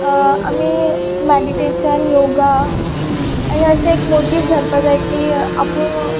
आमी meditation yoga आनी अशें एक मोटीव धरपा जाय की आपूण